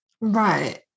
Right